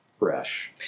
Fresh